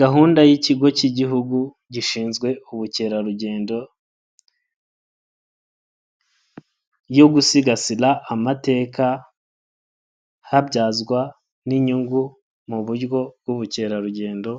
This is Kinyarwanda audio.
Gahunda y'ikigo cy'Igihugu gishinzwe ubukerarugendo yo gusigasira amateka habyazwa n'inyungu mu buryo bw'ubukerarugendo